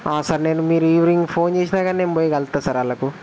sir మీరు నేను evening phone చేసినా కానీ నేను పోయి కలుస్తా సార్ వాళ్ళకు